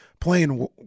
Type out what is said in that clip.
playing